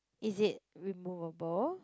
is it removable